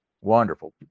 Wonderful